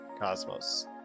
Cosmos